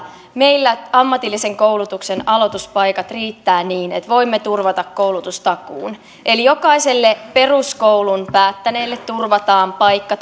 meillä ammatillisen koulutuksen aloituspaikat riittävät niin että voimme turvata koulutustakuun eli jokaiselle peruskoulun päättäneelle turvataan paikka